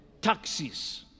taxis